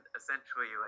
essentially